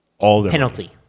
penalty